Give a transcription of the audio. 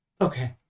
Okay